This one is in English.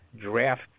draft